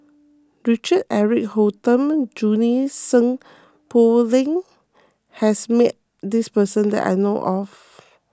Richard Eric Holttum and Junie Sng Poh Leng has met this person that I know of